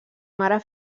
mare